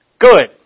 Good